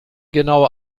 genaue